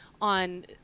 on